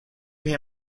hear